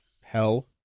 hell